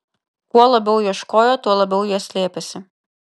kuo labiau ieškojo tuo labiau jie slėpėsi